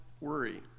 worry